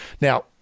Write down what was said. Now